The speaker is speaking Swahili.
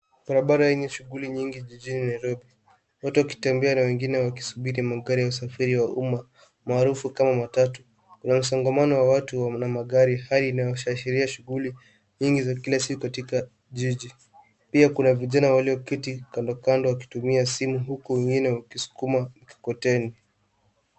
Barabara yenye shughuli nyingi jijini Nairobi. Watu wakitembea na wengine wakisubiri magari ya usafiri wa umma maarufu kama matatu. Kuna msongamano wa watu na magari. Hali inawezeza ashiria shughuli za kila siku katika jiji. Pia kuna vijana walioketi kando kando wakitumia simu huku wengine wakisukuma mkokoteni.